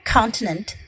Continent